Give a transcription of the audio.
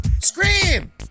Scream